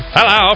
Hello